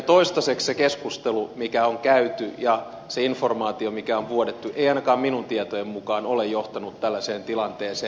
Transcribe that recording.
toistaiseksi se keskustelu joka on käyty ja se informaatio joka on vuodettu ei ainakaan minun tietojeni mukaan ole johtanut tällaiseen tilanteeseen